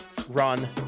run